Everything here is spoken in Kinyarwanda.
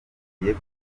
agiye